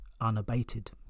unabated